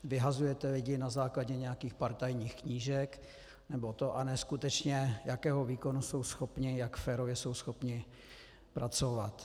Vyhazujete lidi na základě nějakých partajních knížek a ne skutečně, jakého výkonu jsou schopni, jak férově jsou schopni pracovat.